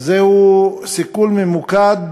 זהו סיכול ממוקד